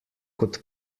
kot